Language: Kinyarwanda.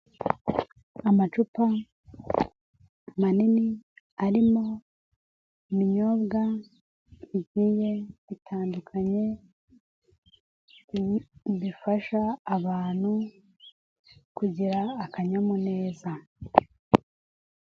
Amacupa manini arimo ibinyobwa bigiye bitandukanye, bifasha abantu kugira akanyamuneza.